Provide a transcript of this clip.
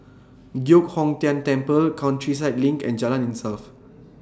Giok Hong Tian Temple Countryside LINK and Jalan Insaf